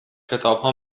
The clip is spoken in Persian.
کتابها